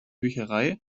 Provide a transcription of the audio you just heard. bücherei